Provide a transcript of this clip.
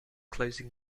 closing